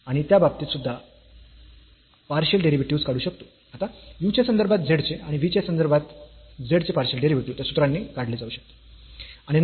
आणि त्या बाबतीत सुद्धा सुद्धा पार्शियल डेरिव्हेटिव्हस् काढू शकतो आता u च्या संदर्भात z चे आणि v च्या संदर्भात z चे पार्शियल डेरिव्हेटिव्ह या सूत्रांनी काढले जाऊ शकते